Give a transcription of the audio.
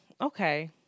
Okay